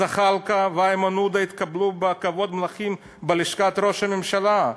זחאלקה ואיימן עודה התקבלו בכבוד מלכים בלשכת ראש הממשלה.